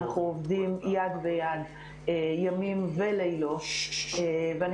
אנחנו עובדים יד ביד ימים ולילות ואני